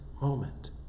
moment